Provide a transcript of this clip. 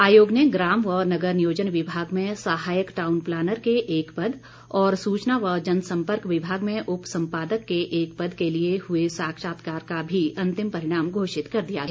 आयोग ने ग्राम व नगर नियोजन विभाग में सहायक टाऊन प्लानर के एक पद और सूचना व जनसंपर्क विभाग में उप संपादक के एक पद के लिए हुए साक्षात्कार का भी अंतिम परिणाम घोषित कर दिया है